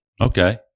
Okay